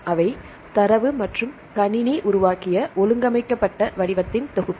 அவை தரவு மற்றும் கணினி உருவாக்கிய ஒழுங்கமைக்கப்பட்ட வடிவத்தின் தொகுப்பு